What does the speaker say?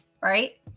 Right